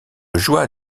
joie